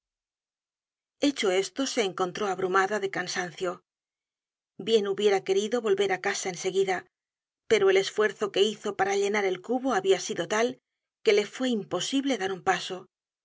hecho esto se encontró abrumada de cansancio bien hubiera querido volver á casa en seguida pero el esfuerzo que hizo para llenar el cubo habia sido tal que le fue imposible dar un paso